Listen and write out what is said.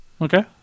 Okay